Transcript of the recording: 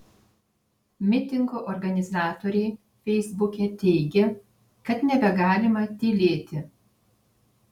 mitingo organizatoriai feisbuke teigė kad nebegalima tylėti